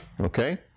Okay